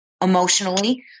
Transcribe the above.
emotionally